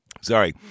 Sorry